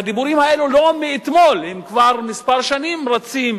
והדיבורים האלה לא מאתמול, הם כבר כמה שנים רצים,